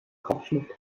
kopfschmuck